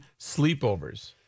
sleepovers